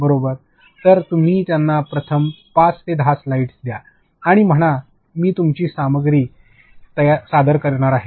बरोबर तर तुम्ही त्यांना प्रथम पाच ते दहा स्लाइड्स द्या आणि म्हणा की मी तुमची सामग्री सादर करणार आहे